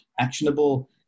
actionable